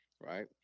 right